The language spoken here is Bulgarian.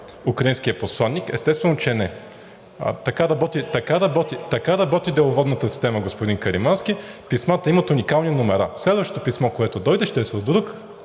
украинския посланик? Естествено, че не. Така работи деловодната система, господин Каримански, писмата имат уникални номера. Следващото писмо, което дойде, ще е с друг